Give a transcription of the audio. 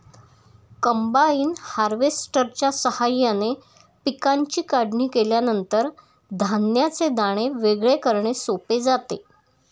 combine हार्वेस्टरच्या साहाय्याने पिकांची काढणी केल्यानंतर धान्याचे दाणे वेगळे करणे सोपे जाते